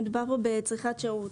מדובר כאן בצריכת שירות.